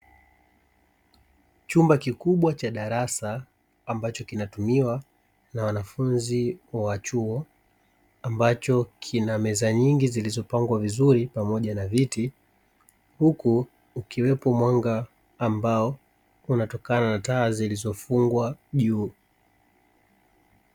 Chumba kikubwa cha darasa, ambacho kinatumiwa na wanafunzi wa chuo, ambacho kina meza nyingi zilizopangwa vizuri pamoja na viti, huku ukiwepo mwanga ambao unatokana na taa zilizofungwa juu.